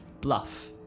bluff